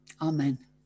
Amen